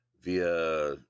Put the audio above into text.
via